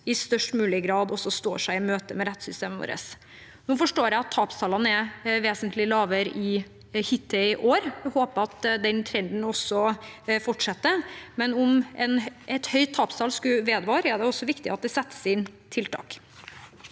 i størst mulig grad også står seg i møte med rettssystemet vårt. Nå forstår jeg at tapstallene er vesentlig lavere hittil i år og håper at den trenden fortsetter, men om et høyt tapstall skulle vedvare, er det viktig at det settes inn tiltak.